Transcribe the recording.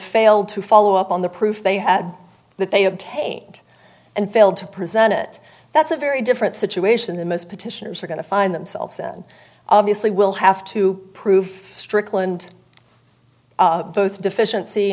failed to follow up on the proof they had that they obtained and failed to present it that's a very different situation than most petitioners are going to find themselves then obviously we'll have to proof strickland both deficiency